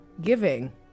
giving